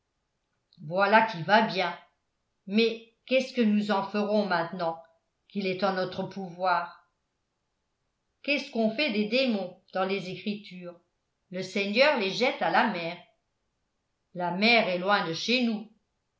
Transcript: voilà qui va bien mais qu'est-ce que nous en ferons maintenant qu'il est en notre pouvoir qu'est-ce qu'on fait des démons dans les écritures le seigneur les jette à la mer la mer est loin de chez nous